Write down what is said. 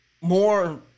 more